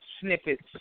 snippets